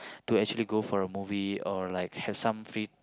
to actually go for a movie or like have some free